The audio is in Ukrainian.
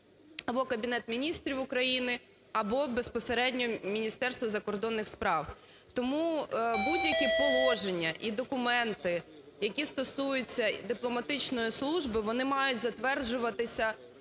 або Кабінет Міністрів України, або безпосередньо Міністерство закордонних справ. Тому будь-які положення і документи, які стосуються дипломатичної служби, вони мають затверджуватися